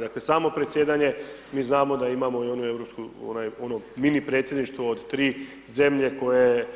Dakle, samo predsjedanje, mi znamo da imamo i onu europsku, onaj, ono mini predsjedništvo od 3 zemlje koje